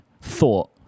thought